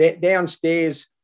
Downstairs